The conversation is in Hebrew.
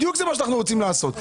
בדיוק זה מה שאנחנו רוצים לעשות.